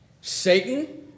Satan